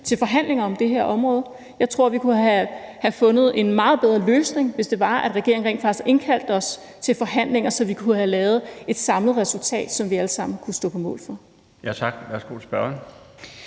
til forhandlinger om det her område. Jeg tror, vi kunne have fundet en meget bedre løsning, hvis det var, at regeringen rent faktisk indkaldte os til forhandlinger, så vi kunne have lavet et samlet resultat, som vi alle sammen kunne stå på mål for. Kl. 19:22 Den fg.